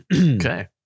Okay